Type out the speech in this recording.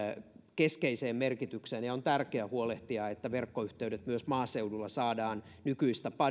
keskeiseen merkitykseen ja on tärkeää huolehtia että verkkoyhteydet myös maaseudulla saadaan nykyistä